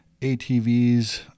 ATVs